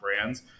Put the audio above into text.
brands